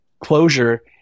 closure